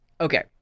okay